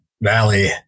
Valley